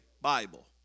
Bible